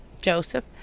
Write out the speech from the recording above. Joseph